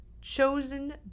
chosen